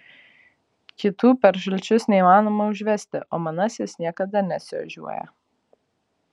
kitų per šalčius neįmanoma užvesti o manasis niekada nesiožiuoja